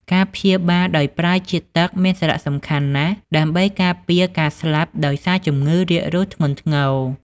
ការព្យាបាលដោយប្រើជាតិទឹកមានសារៈសំខាន់ណាស់ ដើម្បីការពារការស្លាប់ដោយសារជំងឺរាគរូសធ្ងន់ធ្ងរ។